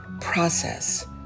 process